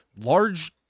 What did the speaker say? large